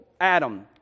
Adam